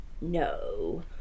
No